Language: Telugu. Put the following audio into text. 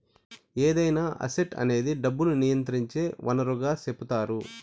ఏదైనా అసెట్ అనేది డబ్బును నియంత్రించే వనరుగా సెపుతారు